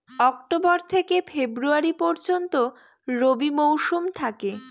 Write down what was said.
October থেকে February পর্যন্ত রবি মৌসুম থাকে